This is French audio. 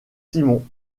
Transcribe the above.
simon